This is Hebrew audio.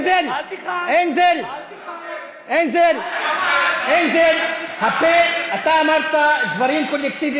כל מה שהוא מסוגל